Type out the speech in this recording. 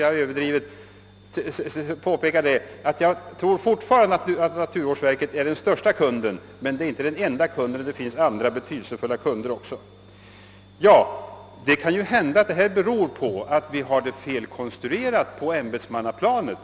Jag upprepar att naturvårdsverket i detta fall är den största kunden, men det är inte den enda. Det finns andra betydelsefulla kunder också. Vi har kanske en felaktig konstruktion av verksamheten på ämbetsmannaplanet.